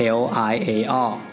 LIAR